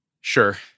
Sure